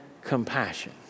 compassion